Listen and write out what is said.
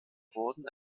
wurden